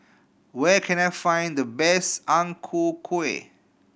where can I find the best Ang Ku Kueh